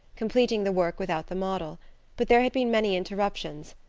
completing the work without the model but there had been many interruptions,